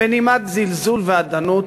בנימת זלזול ואדנות